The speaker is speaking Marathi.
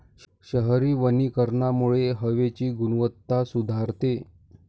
शहरी वनीकरणामुळे हवेची गुणवत्ता सुधारते